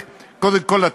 חלילה,